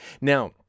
Now